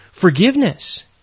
forgiveness